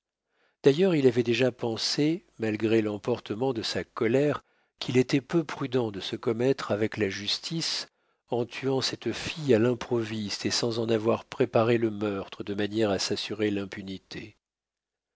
d'ailleurs il avait déjà pensé malgré l'emportement de sa colère qu'il était peu prudent de se commettre avec la justice en tuant cette fille à l'improviste et sans en avoir préparé le meurtre de manière à s'assurer l'impunité